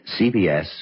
CBS